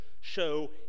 show